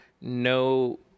no